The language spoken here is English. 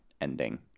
ending